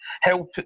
help